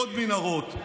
עוד מנהרות,